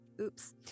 Oops